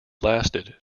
lasted